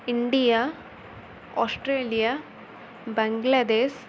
India Australia Bangladesh